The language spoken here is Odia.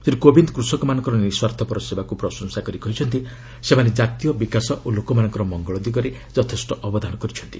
ଶ୍ରୀ କୋବିନ୍ଦ କୃଷକମାନଙ୍କର ନିସ୍ୱାର୍ଥପର ସେବାକୁ ପ୍ରଶଂସା କରି କହିଛନ୍ତି ସେମାନେ ଜାତୀୟ ବିକାଶ ଓ ଲୋକମାନଙ୍କର ମଙ୍ଗଳ ଦିଗରେ ଯଥେଷ୍ଟ ଅବଦାନ କରିଛନ୍ତି